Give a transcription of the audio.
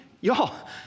y'all